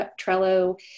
Trello